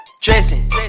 dressing